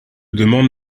demande